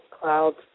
clouds